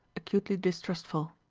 acutely distrustful.